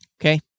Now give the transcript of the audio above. Okay